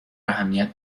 اهمیت